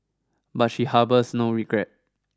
but she harbours no regret